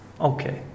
Okay